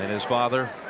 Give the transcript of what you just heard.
is father.